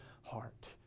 heart